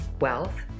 wealth